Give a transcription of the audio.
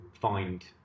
find